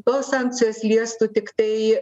tos sankcijos liestų tik tai